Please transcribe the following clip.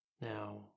Now